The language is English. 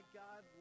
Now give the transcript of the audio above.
god